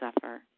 suffer